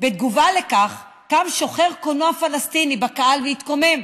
"ובתגובה לכך קם שוחר קולנוע פלסטיני בקהל והתקומם.